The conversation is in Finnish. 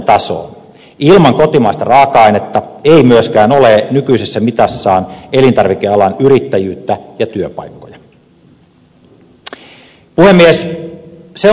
ilman kotimaista raaka ainetta ei myöskään ole nykyisessä mitassaan elintarvikealan yrittäjyyttä ja työpaikkoja